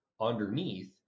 underneath